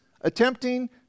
attempting